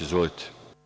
Izvolite.